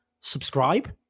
subscribe